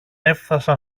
έφθασαν